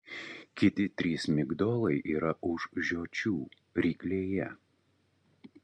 kiti trys migdolai yra už žiočių ryklėje